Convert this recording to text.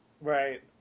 Right